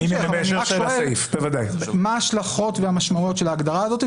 אבל אני רק שואל מה ההשלכות והמשמעויות של ההגדרה הזאת,